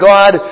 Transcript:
God